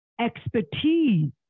expertise